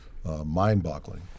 Mind-boggling